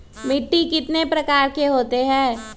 मिट्टी कितने प्रकार के होते हैं?